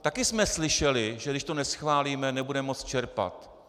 Také jsme slyšeli, že když to neschválíme, nebudeme moci čerpat.